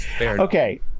Okay